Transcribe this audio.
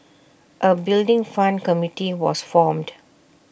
A Building Fund committee was formed